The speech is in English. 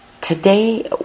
Today